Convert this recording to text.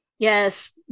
Yes